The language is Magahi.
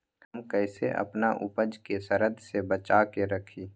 हम कईसे अपना उपज के सरद से बचा के रखी?